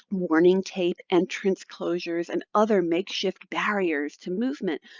warning tape, entrance closures, and other makeshift barriers to movement,